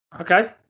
Okay